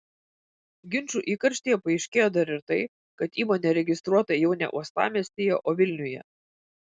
ginčų įkarštyje paaiškėjo dar ir tai kad įmonė registruota jau ne uostamiestyje o vilniuje